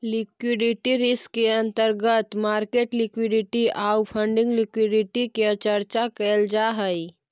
liquidity risk के अंतर्गत market liquidity आउ फंडिंग लिक्विडिटी के चर्चा कैल जा हई